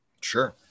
Sure